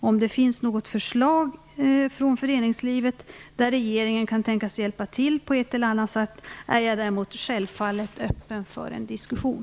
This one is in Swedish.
Om det finns något förslag från föreningslivet, där regeringen kan tänkas hjälpa till på ett eller annat sätt, är jag däremot självfallet öppen för en diskussion.